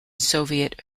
soviet